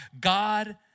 God